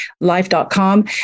life.com